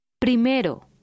Primero